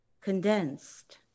condensed